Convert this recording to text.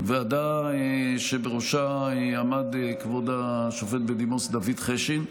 ועדה שבראשה עמד כבוד השופט בדימוס דוד חשין,